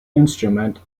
instrument